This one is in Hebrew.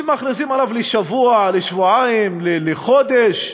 שמכריזים עליו לשבוע, לשבועיים, לחודש.